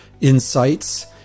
insights